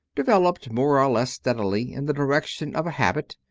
developed more or less stead ily in the direction of a habit,